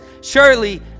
Surely